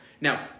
Now